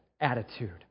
attitude